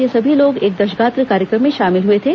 ये सभी लोग एक दशगात्र कार्यक्रम में शामिल हुए थे